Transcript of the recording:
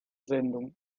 sendung